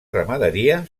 ramaderia